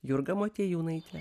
jurga motiejūnaitė